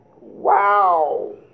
Wow